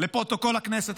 לפרוטוקול הכנסת,